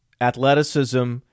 athleticism